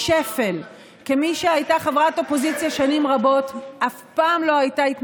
אף אחד כבר לא מאמין לכם.